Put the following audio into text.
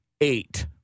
eight